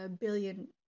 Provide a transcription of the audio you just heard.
billion